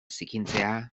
zikintzea